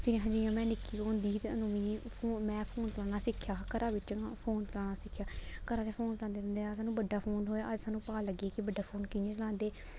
फिर हां जियां मैं निक्की होंदी ही ते अदूं मिगी फोन मैं फोन चलाना सिक्खेआ हा घरा विच्च मैं फोन चलाना सिक्खेआ हा घरा चा फोन चलांदे चलांदे सानूं बड्डा फोन थ्होएआ अज्ज सानूं पता लग्गी गेआ कि बड्डा फोन कि'यां चलांदे